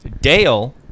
Dale